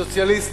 סוציאליסטית.